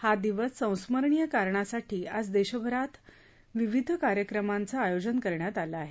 हा दिवस संस्मरणीय करण्यासाठी आज देशभरात विविध कार्यक्रमांचं आयोजन करण्यात आलं आहे